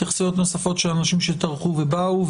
התייחסויות נוספות של אנשים שטרחו ובאו,